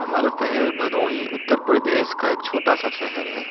हमारा शहर भदोही उत्तर प्रदेश का एक छोटा सा शहर है